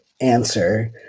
answer